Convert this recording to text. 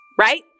right